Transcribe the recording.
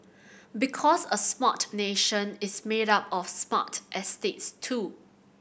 because a smart nation is made up of smart estates too